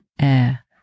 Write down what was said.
air